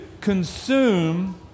consume